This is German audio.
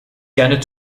gern